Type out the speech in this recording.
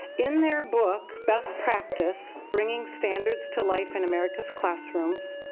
in their book best practice bringing standards to life in america's classrooms.